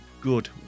good